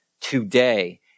today